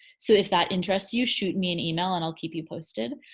so if that interests you shoot me an email and i'll keep you posted.